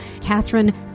Catherine